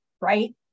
right